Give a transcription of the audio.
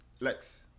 Lex